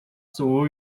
soou